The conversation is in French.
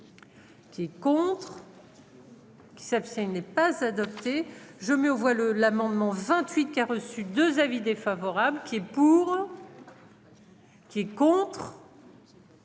Qui es contre. Qui s'abstient n'est pas adopté, je mets aux voix le l'amendement 28 qui a reçu 2 avis défavorables qui. Pour. Qui est contre.